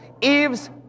Eve's